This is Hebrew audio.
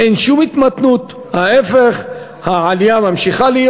אין שום התמתנות, ההפך, העלייה נמשכת.